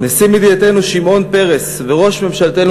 נשיא מדינתנו שמעון פרס וראש ממשלתנו